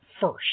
first